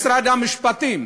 משרד המשפטים